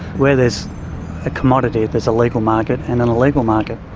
where there's a commodity, there's a legal market and an illegal market.